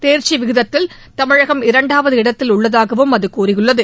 தேர்ச்சி விகிதத்தில் தமிழகம் இரண்டாவது இடத்தில் உள்ளதாகவும் அது கூறியுள்ளது